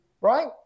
Right